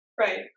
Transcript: Right